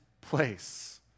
place